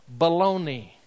Baloney